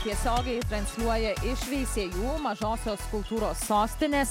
tiesiogiai transliuoja iš veisiejų mažosios kultūros sostinės